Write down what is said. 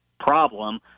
problem